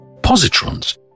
Positrons